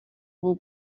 will